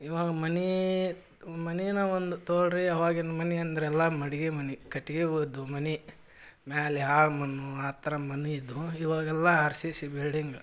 ಇವಾಗ ಮನೆ ಮನೀನೇ ಒಂದು ತಗೊಳ್ಳಿ ರಿ ಅವಾಗಿನ ಮನೆ ಅಂದರೆಲ್ಲ ಮಡ್ಗಿ ಮನೆ ಕಟ್ಟಿಗೆ ಒದ್ದು ಮನೆ ಮೇಲೆ ಆಳ್ಮನ್ನು ಆ ಥರ ಮನಿಯಿದ್ದವು ಇವಾಗೆಲ್ಲ ಆರ್ ಸಿ ಸಿ ಬಿಲ್ಡಿಂಗ್